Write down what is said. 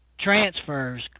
transfers